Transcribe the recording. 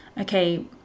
okay